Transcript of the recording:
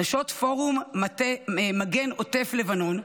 נשות פורום מגן עוטף לבנון,